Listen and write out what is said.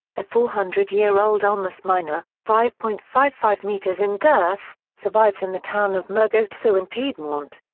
a four hundred year-old ulmus minor, five point five five metres in girth, survives in the town of mergozzo so in piedmont.